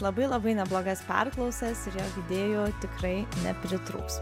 labai labai neblogas perklausas ir joj idėjų tikrai nepritrūks